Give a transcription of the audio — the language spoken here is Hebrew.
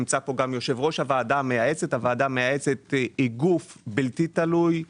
נמצא פה גם יושב-ראש הוועדה המייעצת שהיא גוף בלתי תלוי;